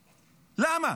למה?